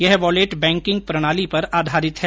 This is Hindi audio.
यह वॉलेट बैंकिग प्रणाली पर आधारित है